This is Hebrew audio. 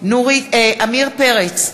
עמיר פרץ,